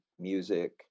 music